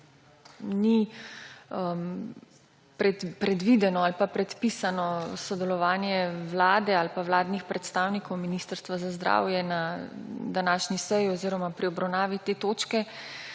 ni predvideno ali predpisano sodelovanje Vlade ali vladnih predstavnikov, Ministrstva za zdravje na današnji seji oziroma pri obravnavi te točke.